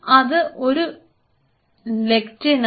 അത് ഒരു ലെക്റ്റിൻ ആണ്